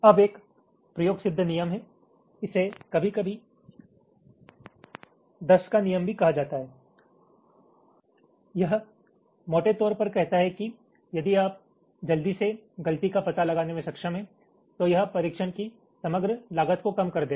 अब एक प्रयोगसिद्ध नियम है इसे कभी कभी 10 का नियम भी कहा जाता है यह मोटे तौर पर कहता है कि यदि आप जल्दी से गलती का पता लगाने में सक्षम हैं तो यह परीक्षण की समग्र लागत को कम कर देगा